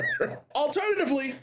Alternatively